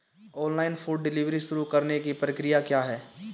Online food delivery शुरू करने की प्रक्रिया क्या है?